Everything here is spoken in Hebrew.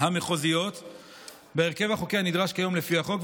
המחוזיות בהרכב החוקי הנדרש כיום לפי החוק,